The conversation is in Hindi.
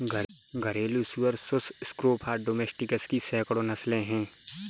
घरेलू सुअर सुस स्क्रोफा डोमेस्टिकस की सैकड़ों नस्लें हैं